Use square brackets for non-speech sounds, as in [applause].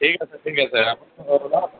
ঠিক আছে ঠিক আছে [unintelligible]